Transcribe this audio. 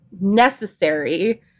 necessary